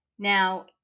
Now